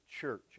church